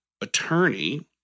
attorney